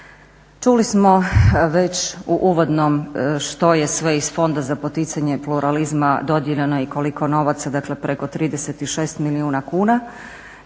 Čuli smo već u uvodnom što je sve iz Fonda za poticanje pluralizma dodijeljeno i koliko novaca, dakle preko 36 milijuna kuna.